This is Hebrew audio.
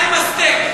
צריך לקרוא